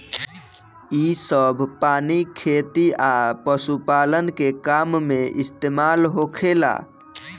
इ सभ पानी खेती आ पशुपालन के काम में इस्तमाल होखेला